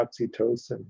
oxytocin